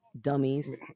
dummies